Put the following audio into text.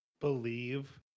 believe